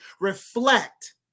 reflect